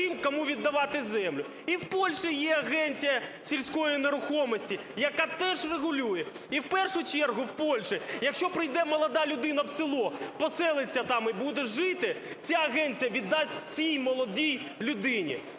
кому віддавати землю. І в Польщі є агенція сільської нерухомості, яка теж регулює. І в першу чергу в Польщі, якщо прийде молода людина в село, поселиться там і буде жити, ця агенція віддасть цій молодій людині.